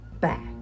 back